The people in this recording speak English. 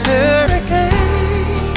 hurricane